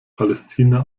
palästina